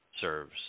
serves